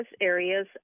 areas